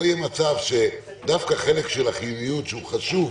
יהיה מצב שדווקא החלק של החיוניות שהוא חשוב